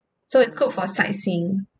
so it's good for sightseeing